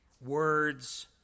words